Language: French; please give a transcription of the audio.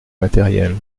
matérielle